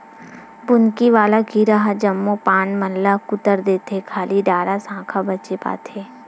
बुंदकी वाला कीरा ह जम्मो पाना मन ल कुतर देथे खाली डारा साखा बचे पाथे